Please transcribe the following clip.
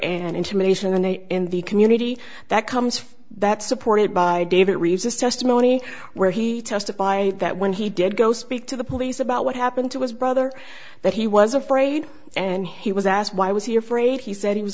and intimidation and in the community that comes from that supported by david resists testimony where he testified that when he did go speak to the police about what happened to his brother that he was afraid and he was asked why was he afraid he said he was